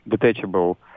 detachable